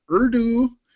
Urdu